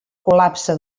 col·lapse